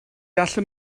allwn